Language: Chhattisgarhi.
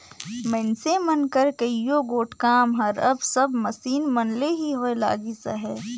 मइनसे मन कर कइयो गोट काम हर अब सब मसीन मन ले ही होए लगिस अहे